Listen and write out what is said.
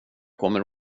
kommer